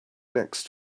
next